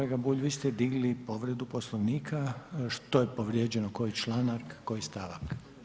Kolega Bulj vi ste digli povredu Poslovnika, što je povrijeđeno, koji članak, koji stavak?